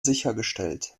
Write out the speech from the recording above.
sichergestellt